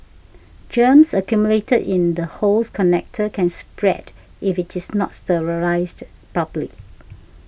germs accumulated in the hose connector can spread if it is not sterilised properly